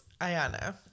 Ayana